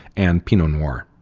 and pinot noir.